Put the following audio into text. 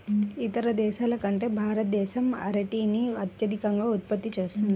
ఇతర దేశాల కంటే భారతదేశం అరటిని అత్యధికంగా ఉత్పత్తి చేస్తుంది